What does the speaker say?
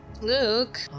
Luke